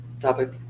topic